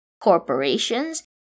corporations